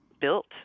built